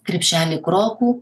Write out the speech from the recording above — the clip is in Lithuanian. krepšelį krokų